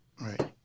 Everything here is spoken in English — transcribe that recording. Right